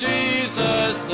Jesus